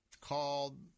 called